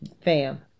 fam